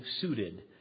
suited